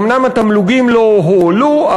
אומנם התמלוגים לא הועלו,